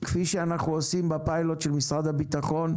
כפי שאנחנו עושים בפיילוט של משרד הביטחון,